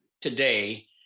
today